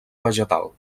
vegetal